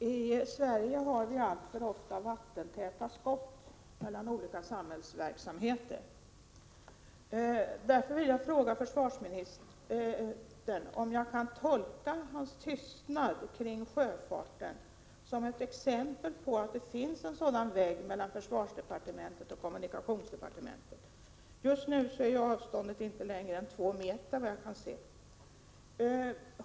Herr talman! I Sverige har vi alltför ofta vattentäta skott mellan olika samhällsverksamheter. Därför vill jag fråga försvarsministern om jag kan tolka hans tystnad när det gäller sjöfarten som ett exempel på att det finns en sådan vägg mellan försvarsdepartementet och kommunikationsdepartementet. Just nu är ju avståndet inte större än två meter, såvitt jag kan se.